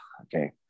okay